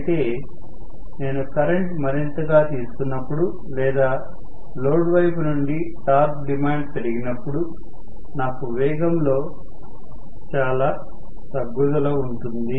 అయితే నేను కరెంట్ మరింతగా తీసుకున్నప్పుడు లేదా లోడ్ వైపు నుండి టార్క్ డిమాండ్ పెరిగినప్పుడు నాకు వేగంలో చాలా తగ్గుదల ఉంటుంది